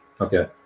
Okay